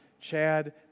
Chad